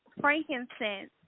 frankincense